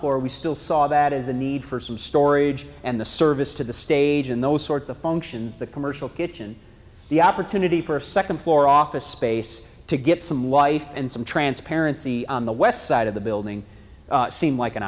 floor we still saw that as the need for some storage and the service to the stage in those sorts of functions the commercial kitchen the opportunity for second floor office space to get some life and some transparency on the west side of the building seemed like an